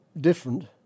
different